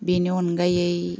बेनि अनगायै